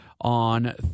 on